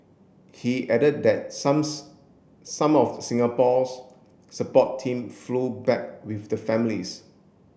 he added that some of Singapore's support team flew back with the families